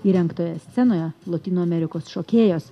įrengtoje scenoje lotynų amerikos šokėjos